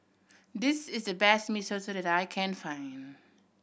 this is the best Mee Soto that I can find